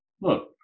look